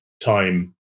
time